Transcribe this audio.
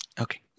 Okay